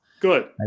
good